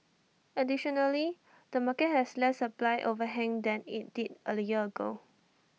additionally the market has less supply overhang than IT did A the year ago